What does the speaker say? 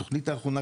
התוכנית האחרונה,